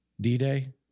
D-Day